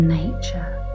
nature